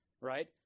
right